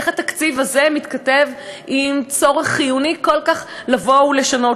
איך התקציב הזה מתכתב עם צורך חיוני כל כך לשנות,